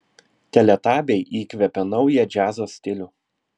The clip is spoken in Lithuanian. teletabiai įkvėpė naują džiazo stilių